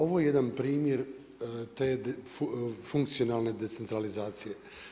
Ovo je jedan primjer te funkcionalne decentralizacije.